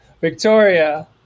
Victoria